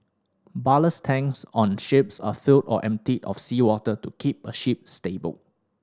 ballast tanks on ships are filled or emptied of seawater to keep a ship stable